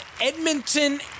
Edmonton